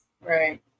right